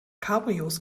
cabrios